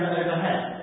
overhead